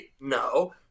No